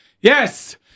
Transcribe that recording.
yes